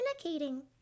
communicating